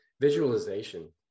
visualization